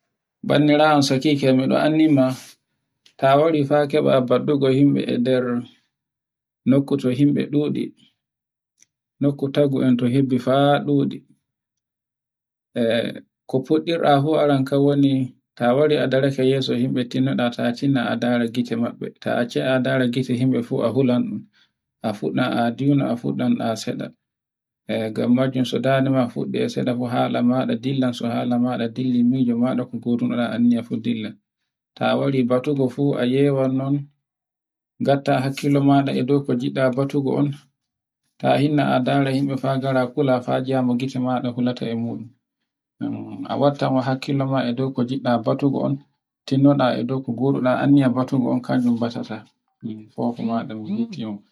Bandiraawo am Sakike e ɗon anndin ma, ta warifa keba baɗɗugo yimbe e nder nokko to yimbe ɗuɗi, nokku tagu to em hibbi faa ɗuɗi ko fuɗɗirda fuu a rankau woni ta wari a daraake yeso yimbe tinno ɗa ta tinna a ndara gite maɓɓe, ta ace a ndara gite mabbe a hulan ɗun, a fuɗɗa a diwnan a fuɗɗa seɗɗa. E gan majun so danɗe ma seɗa hala maɗa dillan so hala maɗa dillimijo maɗa ko gotun da anndira fu dilla, ta wari batugo fu e ye wonnon ngatta hakkilo maɗa e dow ko ngida batugo on ta hinna a ndara yimɓe haa ngara kula fajia gite maɗa hulaata e muɗum a watta ma hakkilo ma e dow kon giɗɗa batugo on tinoda e dow ko ngoɗuɗa anniya batugo ngon kanjum batuda min getti on.